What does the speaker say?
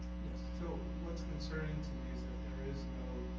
yeah so what's concerning to me is that there is no